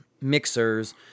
mixers